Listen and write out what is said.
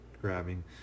grabbing